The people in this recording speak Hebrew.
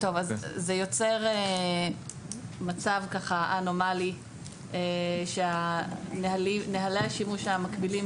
זה יוצר מצב אנומלי שנהלי השימוש המקבילים